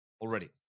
already